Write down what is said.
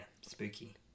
spooky